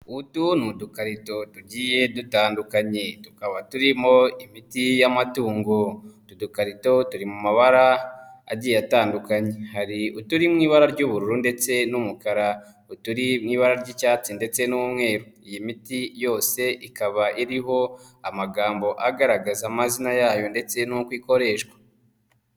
Utu ni udukarito tugiye dutandukanye, tukaba turimo imiti y'amatungo, udukarito turi mu mabara agiye atandukanye, hari uturi mu ibara ry'ubururu ndetse n'umukara, uturi mu ibara ry'icyatsi ndetse n'umweru. Iyi miti yose ikaba iriho amagambo agaragaza amazina yayo ndetse n'uko ikoreshwa.